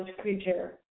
creature